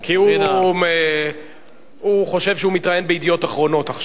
כי הוא חושב שהוא מתראיין ב"ידיעות אחרונות" עכשיו,